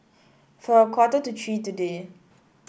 for a quarter to three today